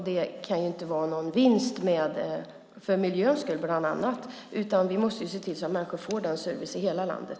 Det kan inte vara någon vinst för bland annat miljön. Vi måste se till att människor får den servicen i hela landet.